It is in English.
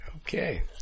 Okay